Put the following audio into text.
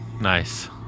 Nice